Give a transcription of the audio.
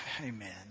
Amen